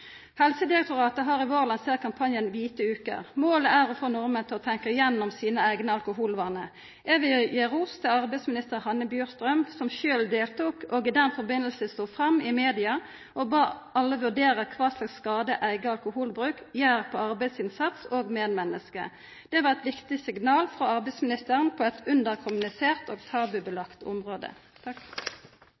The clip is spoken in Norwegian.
Helsedirektoratet har i vår lansert kampanjen Hvite uker. Målet er å få nordmenn til å tenkja gjennom sine eigne alkoholvanar. Eg vil gi ros til arbeidsminister Hanne Inger Bjurstrøm som sjølv deltok og i den samanhengen stod fram i media og bad alle vurdera kva skade eigen alkoholbruk gjer for arbeidsinnsatsen og medmenneska. Det var eit viktig signal frå arbeidsministeren på eit underkommunisert og tabulagt område.